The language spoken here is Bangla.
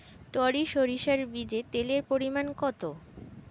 টরি সরিষার বীজে তেলের পরিমাণ কত?